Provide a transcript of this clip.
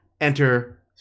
enter